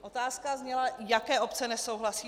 Otázka zněla: Jaké obce nesouhlasí?